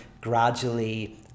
gradually